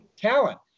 talent